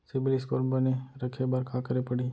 CIBIL score बने रखे बर का करे पड़ही?